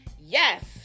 Yes